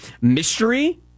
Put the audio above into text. Mystery